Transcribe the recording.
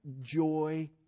joy